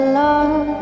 love